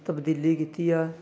ਤਬਦੀਲੀ ਕੀਤੀ ਆ